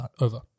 over